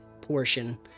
portion